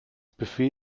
buffet